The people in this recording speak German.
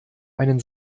einen